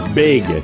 big